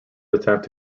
attempt